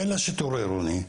אין לה שיטור עירוני.